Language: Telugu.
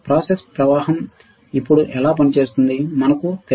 ప్రాసెస్ ప్రవాహం ఇప్పుడు ఎలా పనిచేస్తుంది మనకు తెలుసు